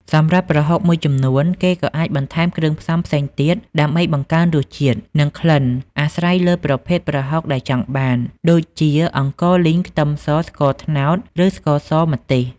សម្រាប់ប្រហុកមួយចំនួន គេក៏អាចបន្ថែមគ្រឿងផ្សំផ្សេងទៀតដើម្បីបង្កើនរសជាតិ និងក្លិន អាស្រ័យលើប្រភេទប្រហុកដែលចង់បាន ដូចជា អង្ករលីង ខ្ទឹមស ស្ករត្នោត ឬស្ករស ម្ទេស។